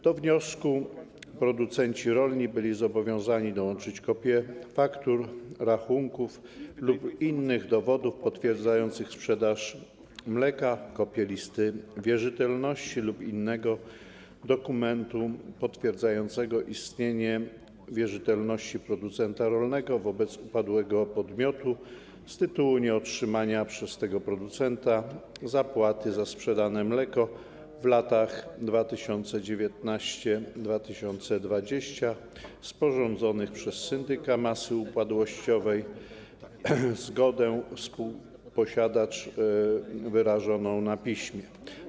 Do wniosku producenci rolni byli zobowiązani dołączyć kopię faktur, rachunków lub innych dowodów potwierdzających sprzedaż mleka, kopię listy wierzytelności lub innego dokumentu potwierdzającego istnienie wierzytelności producenta rolnego wobec upadłego podmiotu z tytułu nieotrzymania przez tego producenta zapłaty za sprzedane mleko w latach 2019–2020, sporządzonych przez syndyka masy upadłościowej, zgodę współposiadacza wyrażoną na piśmie.